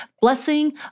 Blessing